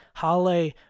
Hale